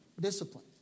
discipline